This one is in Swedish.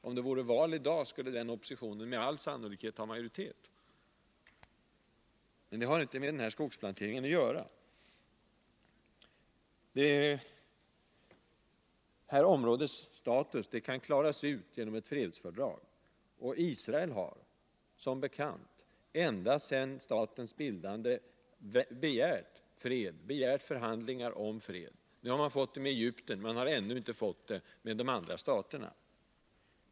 Om det vore val i dag skulle den oppositionen med all sannolikhet få majoritet — men det har inte med den här skogsplanteringen att göra. Områdets status kan klaras ut genom ett fredsfördrag. Israel har som bekant ända sedan statens bildande begärt förhandlingar om fred. Det har man fått med Egypten — men ännu inte med de andra staterna.